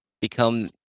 become